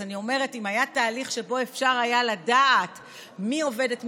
אז אני אומרת: אם היה תהליך שבו אפשר היה לדעת מי עובדת,